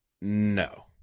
no